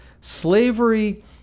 slavery